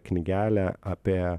knygelę apie